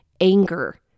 anger